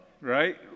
Right